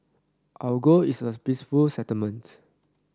our goal is a peaceful settlement